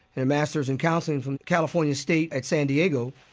and a master's in counseling from california state at san diego,